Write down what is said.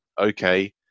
Okay